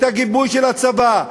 את הגיבוי של הצבא,